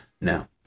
Now